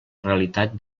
realitat